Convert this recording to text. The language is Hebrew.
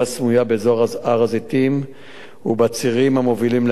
הר-הזיתים ובצירים המובילים להר-הזיתים.